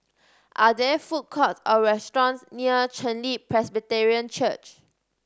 are there food courts or restaurants near Chen Li Presbyterian Church